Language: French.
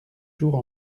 jours